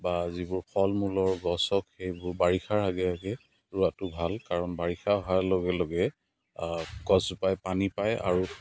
বা যিবোৰ ফল মূলৰ গছ হওক সেইবোৰ বাৰিষাৰ আগে আগে ৰোৱাতো ভাল কাৰণ বাৰিষা হোৱাৰ লগে লগে গছজোপাই পানী পায় আৰু